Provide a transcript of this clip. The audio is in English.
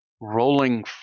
rolling